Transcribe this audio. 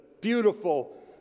beautiful